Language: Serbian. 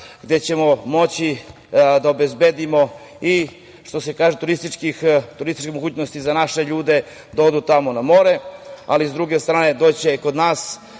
gde ćemo moći da obezbedimo i što se kaže turističkih mogućnosti za naše ljude da odu tamo na more. Sa druge strane, doći će i kod nas